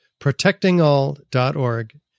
protectingall.org